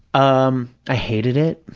um i hated it.